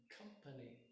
company